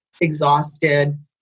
exhausted